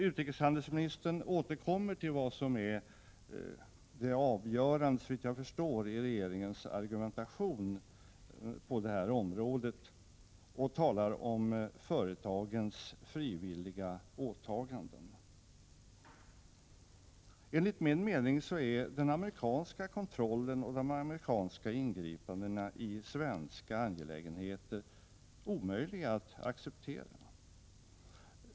Utrikeshandelsministern återkommer till vad som är det avgörande i regeringens argumentation i detta sammanhang och talar om företagens frivilliga åtaganden. Enligt min mening är den amerikanska kontrollen och de amerikanska ingripandena i svenska angelägenheter omöjliga att acceptera.